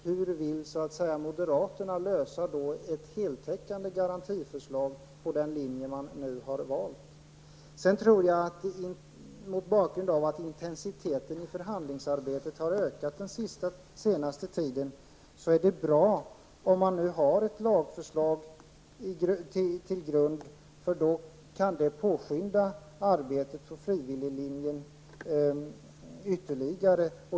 Hur vill moderaterna skapa ett heltäckande garantiförslag på den linje de nu har valt? Mot bakgrund av att intensiteten i förhandlingsarbetet har ökat under den senaste tiden är det bra om man nu har ett lagförslag till grund, eftersom det kan påskynda arbetet för frivilliglinjen ytterligare.